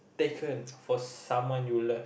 taken for someone you love